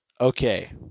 Okay